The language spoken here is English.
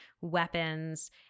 weapons